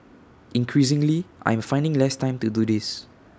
increasingly I'm finding less time to do this